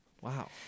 wow